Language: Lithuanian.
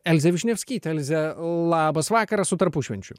elzė vyšniavskytė elze labas vakaras su tarpušvenčiu